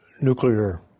nuclear